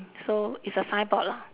so it's a signboard lah